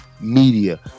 media